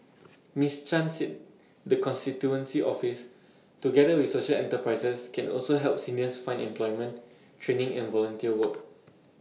miss chan said the constituency office together with social enterprises can also help seniors find employment training and volunteer work